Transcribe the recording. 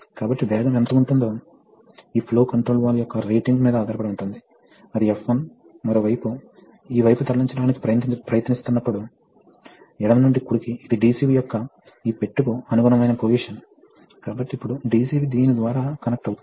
కాబట్టి ఇది పొసిషన్ మరియు సిలిండర్ H పైకి విస్తరిస్తోంది ఇది సైకిల్ యొక్క మొదటి ఫేజ్ తర్వాత సిలిండర్ H ఆగిపోతుంది